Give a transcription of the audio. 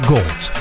Gold